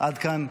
עד כאן.